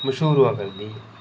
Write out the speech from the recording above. मश्हूर होआ करदी